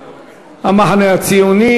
האי-אמון של סיעת המחנה הציוני: